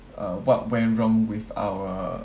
uh what went wrong with our